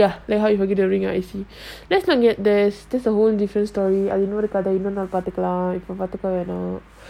ya like how you forget to bring your I_C let's not get there that's a whole different story கதஇனிமேபார்த்துக்கலாம்:katha inime parthukalam